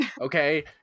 okay